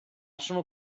sono